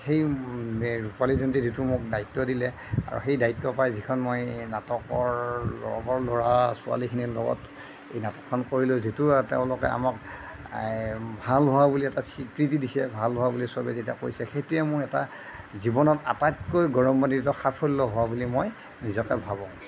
সেই ৰূপালী জয়ন্তীৰ যিটো মোক দায়িত্ব দিলে আৰু সেই দায়িত্ব পাই যিখন মই নাটকৰ লগৰ ল'ৰা ছোৱালীখিনিৰ লগত এই নাটকখন কৰিলোঁ যিটো তেওঁলোকে আমাক ভাল হোৱা বুলি এটা স্বীকৃতি দিছে ভাল হোৱা বুলি চবে যেতিয়া কৈছে সেইটোৱে মোৰ এটা জীৱনত আটাইতকৈ গৌৰৱান্বিত সাফল্য হোৱা বুলি মই নিজকে ভাবোঁ